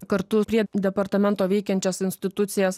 kartu prie departamento veikiančias institucijas